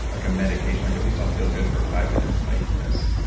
like a medication, like at least i'll feel good for five minutes if i eat this.